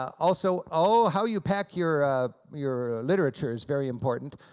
also, oh, how you pack your your literature is very important.